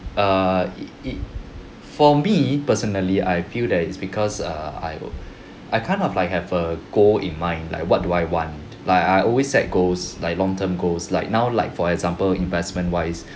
err it it for me personally I feel that it's because err I ugh I kind of like have a goal in mind like what do I want like I always set goals like long term goals like now like for example investment wise